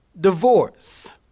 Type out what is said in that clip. divorce